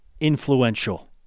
influential